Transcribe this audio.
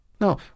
No